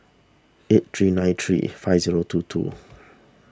eight three nine three five zero two two